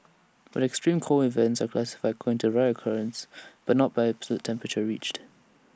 but extreme cold events are classified according to right occurrence but not by absolute temperature reached